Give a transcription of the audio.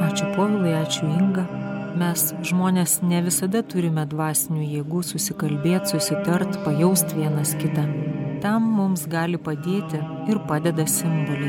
ačiū povilai ačiū inga mes žmonės ne visada turime dvasinių jėgų susikalbėt susitart pajaust vienas kitą tam mums gali padėti ir padeda simboliai